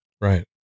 right